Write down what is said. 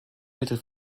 mittel